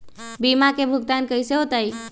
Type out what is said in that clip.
बीमा के भुगतान कैसे होतइ?